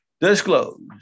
Disclosed